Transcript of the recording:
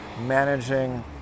managing